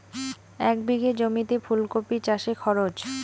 এক বিঘে জমিতে ফুলকপি চাষে খরচ?